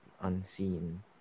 unseen